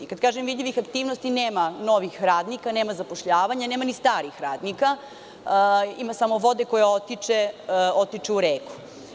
Kada kažem vidljivih aktivnosti, nema novih radnika, nema zapošljavanja, nema ni starih radnika, ima samo vode koja otiče u reku.